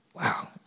Wow